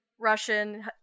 Russian